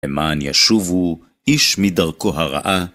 למען ישובו, איש מדרכו הרעה.